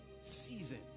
season